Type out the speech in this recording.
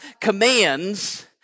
commands